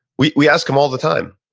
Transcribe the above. we we ask him all the time,